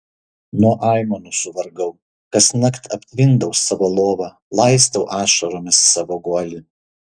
nuo aimanų suvargau kasnakt aptvindau savo lovą laistau ašaromis savo guolį